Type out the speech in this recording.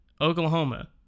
Oklahoma